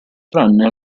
tranne